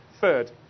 Third